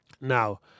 Now